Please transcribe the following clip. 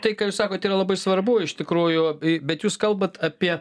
tai ką jūs sakot yra labai svarbu iš tikrųjų bet jūs kalbate apie